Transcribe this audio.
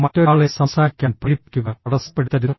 മറ്റൊരാളെ സംസാരിക്കാൻ പ്രേരിപ്പിക്കുക തടസ്സപ്പെടുത്തരുത്